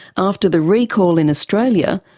after the recall in australia,